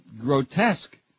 grotesque